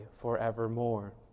forevermore